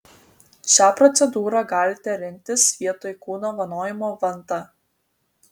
šią procedūrą galite rinktis vietoj kūno vanojimo vanta